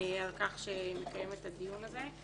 על כך שהיא מקיימת את הדיון הזה.